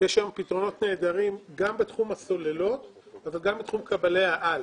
יש היום פתרונות נהדרים גם בתחום הסוללות אבל גם בתחום קבלי העל.